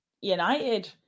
United